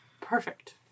Perfect